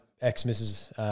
ex-missus